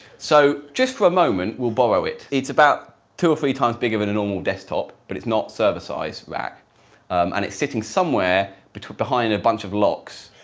so just for a moment we'll borrow it. it's about two or three times bigger than a normal desktop but it's not service size rack and it's sitting somewhere between behind a bunch of locks